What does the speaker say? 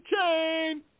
chain